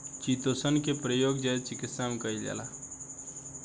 chitosan के प्रयोग जैव चिकित्सा में कईल जाला